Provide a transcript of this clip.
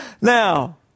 Now